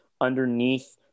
underneath